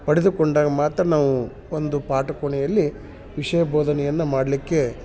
ಪಡೆದುಕೊಂಡಾಗ ಮಾತ್ರ ನಾವು ಒಂದು ಪಾಠ ಕೋಣೆಯಲ್ಲಿ ವಿಷಯ ಬೋಧನೆಯನ್ನ ಮಾಡಲಿಕ್ಕೆ